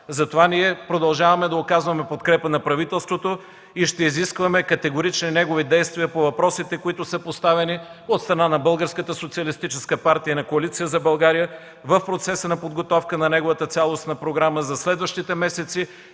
Затова ние продължаваме да оказваме подкрепа на правителството и ще изискваме категорични негови действия по въпросите, които са поставени от страна на Българската социалистическа партия и на Коалиция за България в процеса на подготовка на неговата цялостна програма за следващите месеци